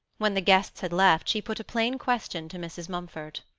when the guests had left, she put a plain question to mrs. mumford.